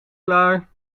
klaar